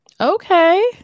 Okay